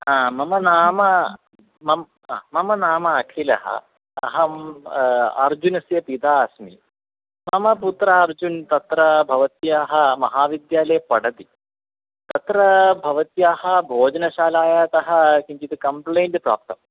हा मम नाम मम मम नाम अखिलः अहम् अर्जुनस्य पिता अस्मि मम पुत्रः अर्जुनः तत्र भवत्याः महाविद्यालये पठति तत्र भवत्याः भोजनशालातः किञ्चित् कम्प्लेण्ट् प्राप्तं